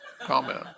comment